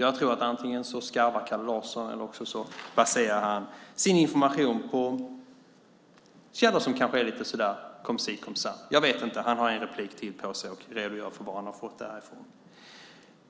Jag tror därför att Kalle Larsson antingen skarvar eller baserar sin information på källor som kanske är lite comme si comme ça . Jag vet inte hur det är, men han har ett inlägg till för att redogöra för vad han har fått detta från.